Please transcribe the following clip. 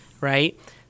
right